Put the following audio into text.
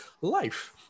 life